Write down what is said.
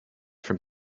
from